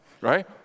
right